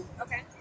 Okay